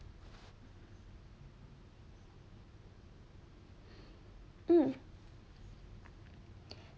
mm